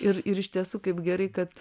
ir ir iš tiesų kaip gerai kad